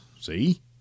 See